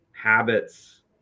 habits